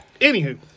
Anywho